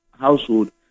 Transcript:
household